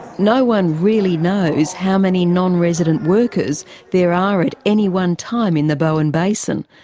no one really knows how many non-resident workers there are at any one time in the bowen basin.